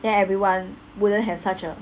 then everyone wouldn't have such a